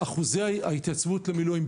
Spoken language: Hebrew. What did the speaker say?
אחוזי ההתייצבות למילואים,